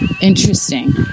Interesting